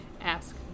ask